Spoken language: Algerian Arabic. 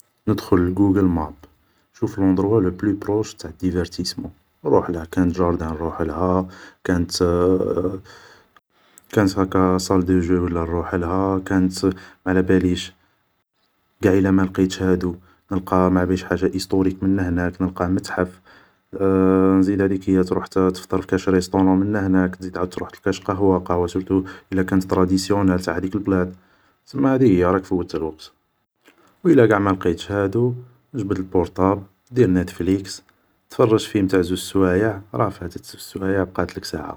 ندخل ل غوغل ماب, نشوف لوندروا لو بلو بروش تاع ديفارتيسمون, نروحله, كانت جاردان نروحها, كانت هاكا سال ديجو ولا نروحلها, كانت ماعلاباليش, قاع الى مالقيتش هادو نلقى ماعلاباليش حاجة ايسطوريك من نهناك, نلقى متحف, ا نزيد هديك هي تروح تفطر فكاش ريسطورون من نهناك, تزيد تعاود تروح لكاش قهوة, قهوة سيرتو اذا كانت طراديسيونال, تاع هاديك لبلاد ,سما هادي هي راك فوت الوقت و الا قاع مالقيتش هادو جبد البورتابل, دير ناتفليكس, تفرج فيلم تاع زوج سوايع, راه فاتت زوج سوايع بقاتلك ساعة